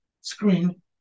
screen